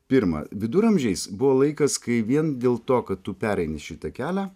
pirma viduramžiais buvo laikas kai vien dėl to kad tu pereini šitą kelią